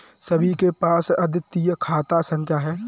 सभी के पास अद्वितीय खाता संख्या हैं